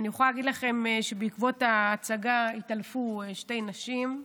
בעקבות ההצגה התעלפו שתי נשים,